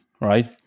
right